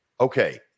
Okay